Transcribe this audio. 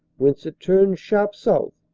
whence it turns sharp south,